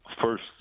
first